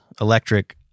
electric